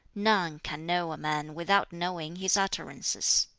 none can know a man without knowing his utterances.